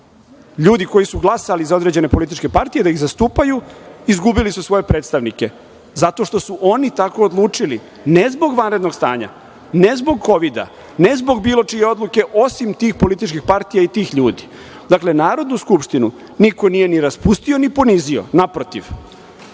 Ljudi koji su glasali za određene političke partije da ih zastupaju, izgubili su svoje predstavnike, zato što su oni tako odlučili, ne zbog vanrednog stanja, ne zbog Kovida, ne zbog čije odluke, osim tih političkih partija i tih ljudi. Dakle, Narodnu skupštinu niko nije ni raspustio, ni ponizio, naprotiv.